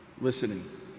Listening